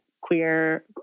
queer